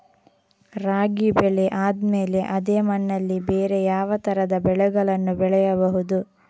ರಾಗಿ ಬೆಳೆ ಆದ್ಮೇಲೆ ಅದೇ ಮಣ್ಣಲ್ಲಿ ಬೇರೆ ಯಾವ ತರದ ಬೆಳೆಗಳನ್ನು ಬೆಳೆಯಬಹುದು?